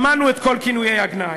שמענו את כל כינויי הגנאי.